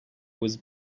was